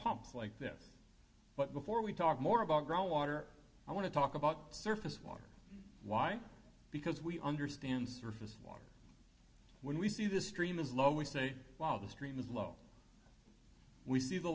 pumps like this but before we talk more about grow op or i want to talk about surface water why because we understand surface water when we see the stream is low we say while the stream is low we see the